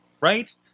right